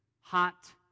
hot